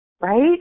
Right